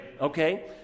okay